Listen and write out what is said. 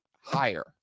higher